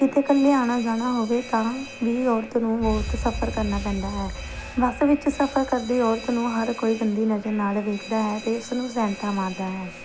ਕਿਤੇ ਇਕੱਲੇ ਆਉਣਾ ਜਾਣਾ ਹੋਵੇ ਤਾਂ ਵੀ ਔਰਤ ਨੂੰ ਬਹੁਤ ਸਫ਼ਰ ਕਰਨਾ ਪੈਂਦਾ ਹੈ ਬੱਸ ਵਿੱਚ ਸਫ਼ਰ ਕਰਦੀ ਔਰਤ ਨੂੰ ਹਰ ਕੋਈ ਗੰਦੀ ਨਜ਼ਰ ਨਾਲ ਵੇਖਦਾ ਹੈ ਅਤੇ ਇਸ ਨੂੰ ਸੈਨਤਾਂ ਮਾਰਦਾ ਹੈ